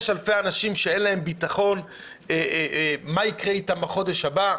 יש אלפי אנשים שאין להם ביטחון מה יקרה אתם בחודש הבא,